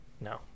No